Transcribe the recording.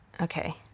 Okay